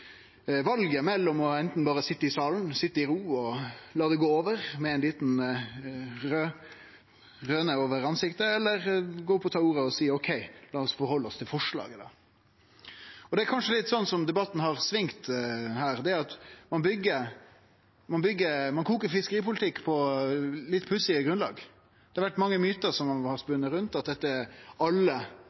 valet mellom anten berre å sitje i ro i salen og la det gå over med ei lita rynke i ansiktet eller gå opp på talarstolen, ta ordet og seie: Ok, la oss halde oss til forslaget. Det er kanskje litt slik debatten har svinga her: Ein koker fiskeripolitikk på litt pussige grunnlag. Det har vore mange mytar som har spunne rundt, f.eks. at det er snakk om alle